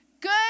Good